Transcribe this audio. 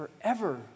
forever